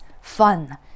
fun